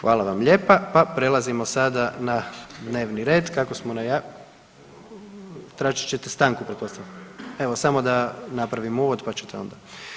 Hvala vam lijepa, pa prelazimo sada na dnevni red kako smo, tražit ćete stanku pretpostavljam, evo samo da napravim uvod pa ćete onda.